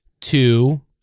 Two